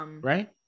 right